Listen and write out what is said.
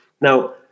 Now